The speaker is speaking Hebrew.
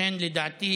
לכן לדעתי